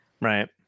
right